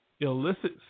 Illicit